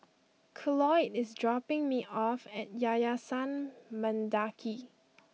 Cloyd is dropping me off at Yayasan Mendaki